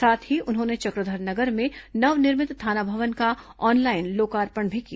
साथ ही उन्होंने चक्रधर नगर में नव निर्मित थाना भवन का ऑनलाइन लोकार्पण भी किया